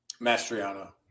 Mastriano